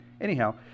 Anyhow